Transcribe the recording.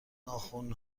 ناخن